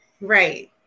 right